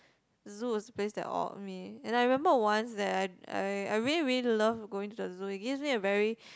the zoo was the place that awed me and I remember once that I I I really really love going to the zoo it gives me a very